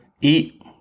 Eat